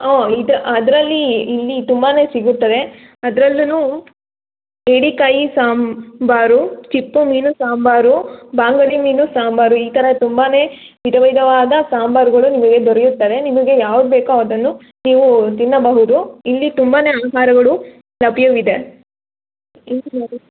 ಓಹ್ ಇದು ಅದರಲ್ಲಿ ಇಲ್ಲಿ ತುಂಬಾ ಸಿಗುತ್ತವೆ ಅದ್ರಲ್ಲು ಏಡಿ ಕೈ ಸಾಂಬಾರು ಕಿತ್ತು ಮೀನು ಸಾಂಬಾರು ಬಾಂಗಡೆ ಮೀನು ಸಾಂಬಾರು ಈ ಥರ ತುಂಬಾ ವಿಧವಿಧವಾದ ಸಾಂಬಾರುಗಳು ನಿಮಗೆ ದೊರೆಯುತ್ತವೆ ನಿಮಗೆ ಯಾವ್ದು ಬೇಕೋ ಅದನ್ನು ನೀವು ತಿನ್ನಬಹುದು ಇಲ್ಲಿ ತುಂಬಾ ಆಹಾರಗಳು ಲಭ್ಯವಿದೆ